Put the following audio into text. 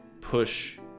push